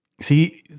See